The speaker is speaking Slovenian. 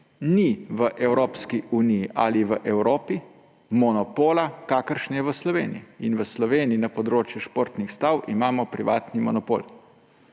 ni v Evropski uniji ali v Evropi monopola, kakršen je v Sloveniji. V Sloveniji na področju športnih stav imamo privatni monopol